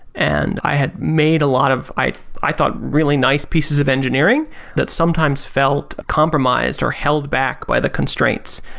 and i had made a lot of, i i thought, really nice pieces of engineering that sometimes felt compromised or held back by the constraints.